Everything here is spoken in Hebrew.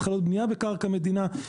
התחלות בניה בקרקע מדינה,